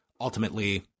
ultimately